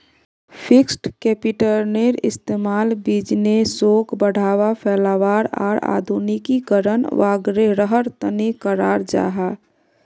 fixed कैपिटलेर इस्तेमाल बिज़नेसोक बढ़ावा, फैलावार आर आधुनिकीकरण वागैरहर तने कराल जाहा